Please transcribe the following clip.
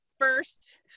first